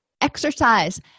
Exercise